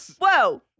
whoa